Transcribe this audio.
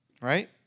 right